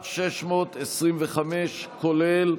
כולל,